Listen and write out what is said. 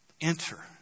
enter